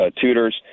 tutors